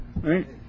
Right